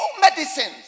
medicines